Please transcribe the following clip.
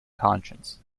conscience